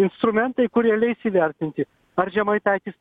instrumentai kurie leis įvertinti ar žemaitaitis